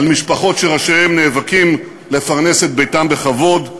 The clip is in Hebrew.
על משפחות שראשיהן נאבקים לפרנס את ביתם בכבוד.